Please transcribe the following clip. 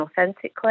authentically